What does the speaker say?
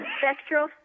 Spectral